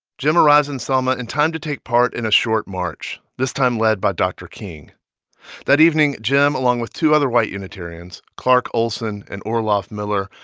jim arrives in selma in time to take part in a short march, this time led by dr. king that evening, jim, along with two other white unitarians, clark olsen and orloff miller,